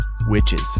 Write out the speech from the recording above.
Witches